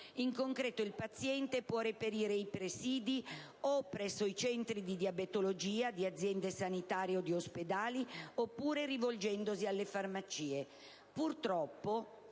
In concreto, il paziente può reperire i presidi o presso i centri di diabetologia di aziende sanitarie o di ospedali oppure rivolgendosi alle farmacie: